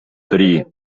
три